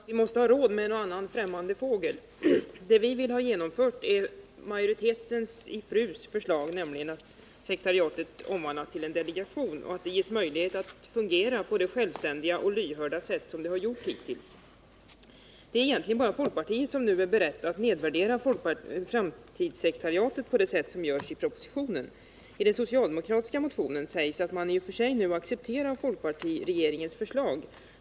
Herr talman! Jag tycker, Gunnar Richardson, att vi måste ha råd med en och annan främmande fågel. Det vi vill ha genomfört är förslaget från majoriteten i forskningsrådsutredningen, nämligen att sekretariatet skall omvandlas till en delegation och att det skall ges möjlighet att fungera på det självständiga och lyhörda sätt som det hittills har gjort. Det är egentligen bara folkpartiet som nu är berett att nedvärdera framtidssekretariatet på det sätt som görs i propositionen. I den socialdemokratiska motionen sägs att man nu i och för sig accepterar folkpartiregeringens förslag.